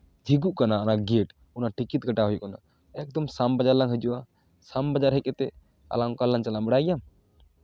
ᱡᱷᱤᱜᱚᱜ ᱠᱟᱱᱟ ᱚᱱᱟ ᱜᱮᱹᱴ ᱚᱱᱟ ᱴᱤᱠᱤᱴ ᱠᱟᱴᱟᱣ ᱦᱩᱭᱩᱜ ᱠᱟᱱᱟ ᱮᱠᱫᱚᱢ ᱥᱟᱢ ᱵᱟᱡᱟᱨ ᱞᱟᱝ ᱦᱤᱡᱩᱜᱼᱟ ᱥᱟᱢ ᱵᱟᱡᱟᱨ ᱦᱮᱡ ᱠᱟᱛᱮᱫ ᱟᱞᱟᱝ ᱚᱠᱟ ᱨᱮᱞᱟᱝ ᱪᱟᱞᱟᱜᱼᱟ ᱵᱟᱲᱟᱭ ᱜᱮᱭᱟᱢ